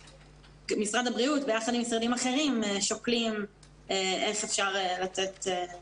ומשרד הבריאות ביחד עם משרדים אחרים שוקלים איך אפשר --- בעצם,